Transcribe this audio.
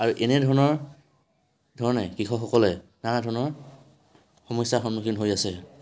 আৰু এনেধৰণৰ ধৰণে কৃষক সকলে নানা ধৰণৰ সমস্যাৰ সন্মুখীন হৈ আছে